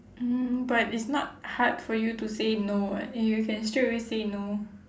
mm but it's not hard for you to say no [what] and you can straight away say no